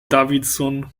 davidson